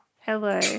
hello